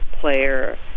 player